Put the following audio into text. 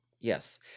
Yes